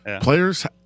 players